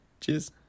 Cheers